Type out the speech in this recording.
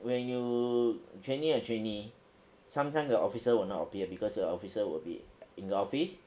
when you training a trainee sometime the officer will not appear because the officer will be in the office